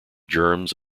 germs